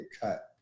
cut